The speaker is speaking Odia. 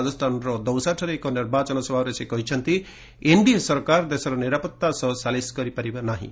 ରାଜସ୍ଥାନର ଦୌସାଠାରେ ଏକ ନିର୍ବାଚନ ସଭାରେ ସେ କହିଛନ୍ତି ଏନ୍ଡିଏ ସରକାର ଦେଶର ନିରାପତ୍ତା ସହ ସାଲିସ୍ କରିପାରିବେ ନାହିଁ